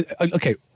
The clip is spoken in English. okay